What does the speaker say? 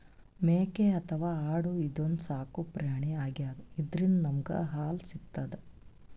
ಮೇಕೆ ಅಥವಾ ಆಡು ಇದೊಂದ್ ಸಾಕುಪ್ರಾಣಿ ಆಗ್ಯಾದ ಇದ್ರಿಂದ್ ನಮ್ಗ್ ಹಾಲ್ ಸಿಗ್ತದ್